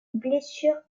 blessures